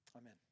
amen